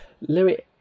Louis